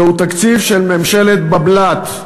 זהו תקציב של ממשלת בבל"ט,